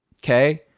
Okay